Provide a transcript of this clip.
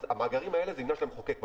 המאגרים האלה זה עניי של המחוקק.